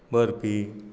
barfi